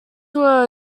were